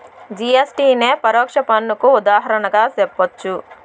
GST నే పరోక్ష పన్నుకు ఉదాహరణగా జెప్పచ్చు